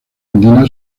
andina